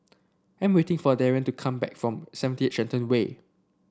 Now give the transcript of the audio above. I am waiting for Darrien to come back from seventy eight Shenton Way